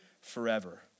forever